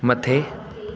मथे